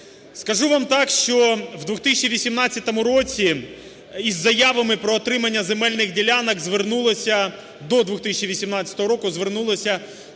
Скажу вам так, що в 2018 році із заявами про отримання земельних ділянок звернулося, до 2018 року, звернулося